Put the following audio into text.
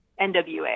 NWA